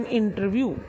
interview